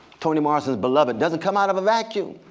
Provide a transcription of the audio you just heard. toni morrison's beloved doesn't come out of a vacuum.